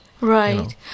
Right